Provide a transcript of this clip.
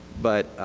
but